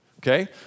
Okay